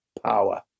power